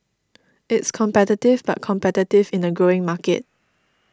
it's competitive but competitive in a growing market